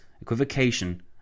equivocation